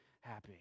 happy